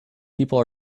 people